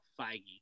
Feige